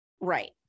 Right